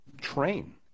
train